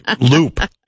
loop